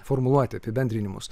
formuluoti apibendrinimus